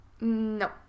no